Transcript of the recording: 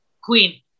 queen